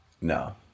No